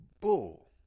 bull